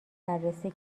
بررسی